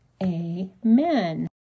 Amen